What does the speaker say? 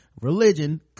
religion